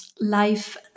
life